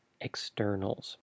externals